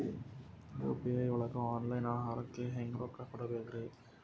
UPI ಒಳಗ online ಆಹಾರಕ್ಕೆ ಹೆಂಗ್ ರೊಕ್ಕ ಕೊಡಬೇಕ್ರಿ?